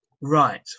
Right